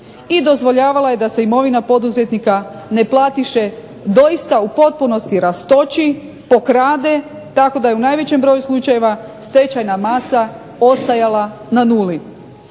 i dozvoljavala je da se imovina poduzetnika neplatiše doista u potpunosti rastoči, pokrade tako da je u najvećem broju slučajeva stečajna masa ostajala na nuli.